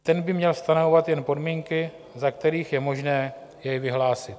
Ten by měl stanovovat jen podmínky, za kterých je možné jej vyhlásit.